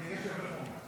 אני מרגיש עמית שלך,